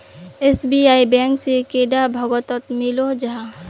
SBI bank से कैडा भागोत मिलोहो जाहा?